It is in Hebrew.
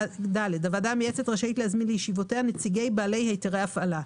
הוועדה המייעצת רשאית להזמין לישיבותיה נציגי בעלי היתרי הפעלה.